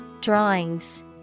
Drawings